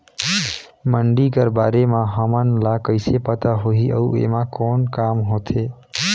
मंडी कर बारे म हमन ला कइसे पता होही अउ एमा कौन काम होथे?